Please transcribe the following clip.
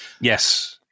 Yes